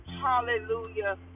Hallelujah